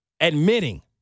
admitting